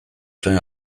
zuen